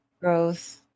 growth